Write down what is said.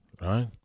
right